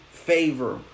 favor